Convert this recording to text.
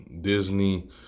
Disney